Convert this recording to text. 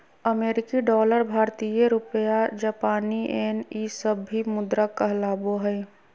अमेरिकी डॉलर भारतीय रुपया जापानी येन ई सब भी मुद्रा कहलाबो हइ